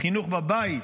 החינוך בבית,